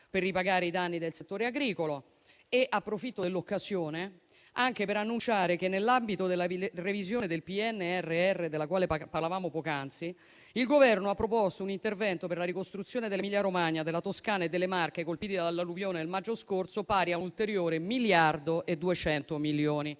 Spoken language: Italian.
per ripagare i danni del settore agricolo. Approfitto dell'occasione anche per annunciare che, nell'ambito della revisione del PNRR, della quale parlavamo poc'anzi, il Governo ha proposto un intervento per la ricostruzione dell'Emilia-Romagna, della Toscana e delle Marche, colpite dall'alluvione nel maggio scorso, pari a un ulteriore 1,2 miliardi di euro; risorse